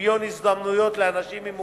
שוויון זכויות לאנשים עם מוגבלות,